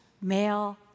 male